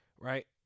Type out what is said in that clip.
right